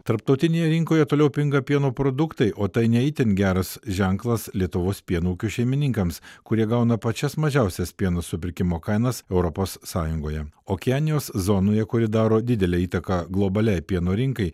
tarptautinėje rinkoje toliau pinga pieno produktai o tai ne itin geras ženklas lietuvos pieno ūkių šeimininkams kurie gauna pačias mažiausias pieno supirkimo kainas europos sąjungoje okeanijos zonoje kuri daro didelę įtaką globaliai pieno rinkai